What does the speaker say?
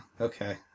okay